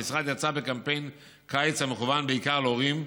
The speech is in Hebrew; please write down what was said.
המשרד יצא בקמפיין קיץ המכוון בעיקר להורים,